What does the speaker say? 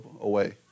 away